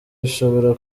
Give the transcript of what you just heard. bishobora